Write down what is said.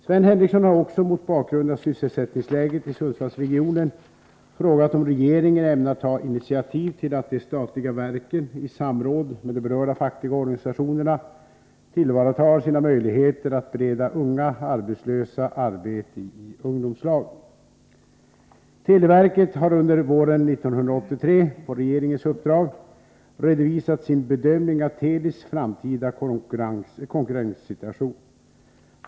Sven Henricsson har också, mot bakgrund av sysselsättningsläget i Sundsvallsregionen, frågat om regeringen ämnar ta initiativ till att de statliga verken i samråd med de berörda fackliga organisationerna tillvaratar sina möjligheter att bereda unga arbetslösa arbete i ungdomslag. Televerket har under våren 1983, på regeringens uppdrag, redovisat sin bedömning av Telis framtida konkurrenssituation.